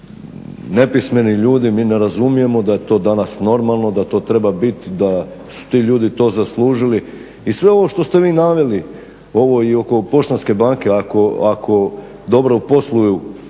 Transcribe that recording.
nepismeni ljudi. Mi ne razumijemo da je to danas normalno, da to treba bit, da su ti ljudi to zaslužili i sve ovo što ste vi naveli ovo i oko Poštanske banke, ako dobro posluju